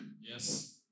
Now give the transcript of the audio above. Yes